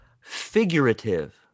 Figurative